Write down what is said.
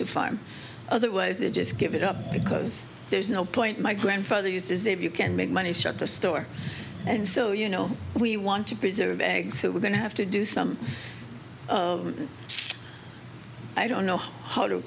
to farm otherwise they just give it up because there's no point my grandfather used is if you can make money shut the store and so you know we want to preserve eggs so we're going to have to do some i don't know how to